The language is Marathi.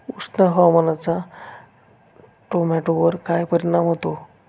उष्ण हवामानाचा टोमॅटोवर काय परिणाम होतो?